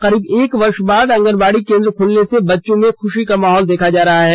करीब एक वर्ष बाद आंगनवाड़ी केंद्र खुलने से बच्चों में खुशी का माहौल देखा जा रहा है